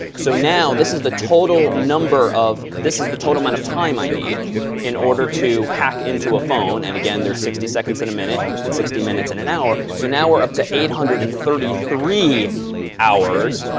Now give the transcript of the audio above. so now, this is the total number this is the total amount of time i need in order to hack into a phone. and again, there's sixty seconds in a minute, and sixty minutes in an hour. so now, we're up to eight hundred and thirty three hours.